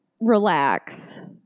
relax